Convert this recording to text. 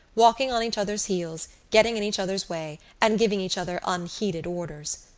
walking on each other's heels, getting in each other's way and giving each other unheeded orders.